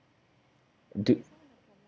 do